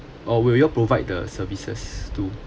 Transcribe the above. or will you all provide the services too